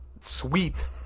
sweet